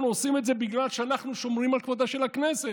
אנחנו עושים את זה בגלל שאנחנו שומרים על כבודה של הכנסת,